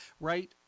right